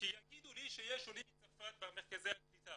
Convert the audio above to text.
כי יגידו לי שיש עולים מצרפת במרכזי הקליטה.